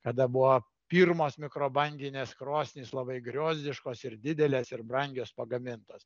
kada buvo pirmos mikrobanginės krosnys labai griozdiškos ir didelės ir brangios pagamintos